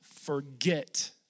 forget